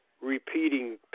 repeating